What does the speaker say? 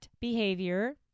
behavior